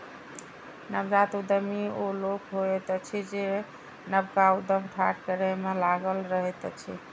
नवजात उद्यमी ओ लोक होइत अछि जे नवका उद्यम ठाढ़ करै मे लागल रहैत अछि